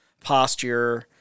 posture